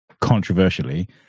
controversially